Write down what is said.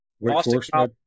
Boston